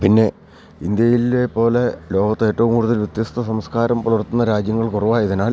പിന്നെ ഇന്ത്യയിലെ പോലെ ലോകത്തേറ്റവും കൂടുതൽ വ്യത്യസ്ത സംസ്കാരം പുലർത്തുന്ന രാജ്യങ്ങൾ കുറവായതിനാൽ